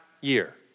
year